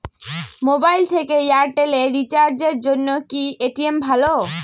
Mobile থেকে Airtel এ রিচার্জের জন্য কি পেটিএম ভালো?